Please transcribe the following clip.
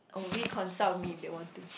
reconsult me if they want to